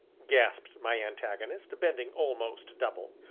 gasped my antagonist, bending almost double,